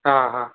हा हा